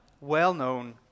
Well-known